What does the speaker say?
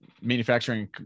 manufacturing